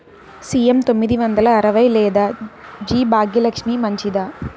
CM తొమ్మిది వందల అరవై లేదా జి భాగ్యలక్ష్మి మంచిదా?